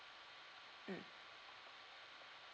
mm